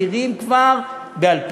מכירים כבר בעל-פה.